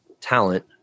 talent